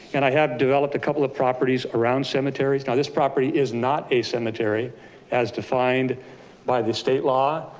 and i have developed a couple of properties around cemeteries. now this property is not a cemetery as defined by the state law.